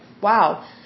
wow